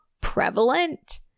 prevalent